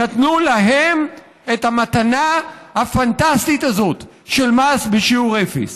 נתנו להן את המתנה הפנטסטית הזאת של מס בשיעור אפס.